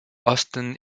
osten